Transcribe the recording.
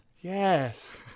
Yes